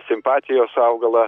simpatijos augalą